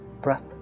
breath